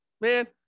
man